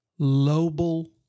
global